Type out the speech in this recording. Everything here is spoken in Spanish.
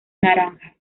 naranja